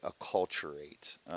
acculturate